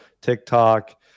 TikTok